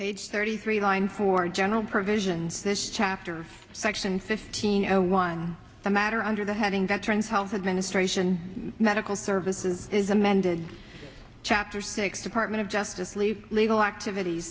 page thirty three line for general provisions this chapter section fifteen zero one the matter under the heading veterans health administration medical services is amended chapter six department of justice league legal activities